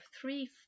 three